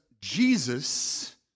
Jesus